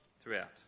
throughout